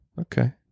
Okay